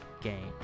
game